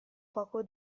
poco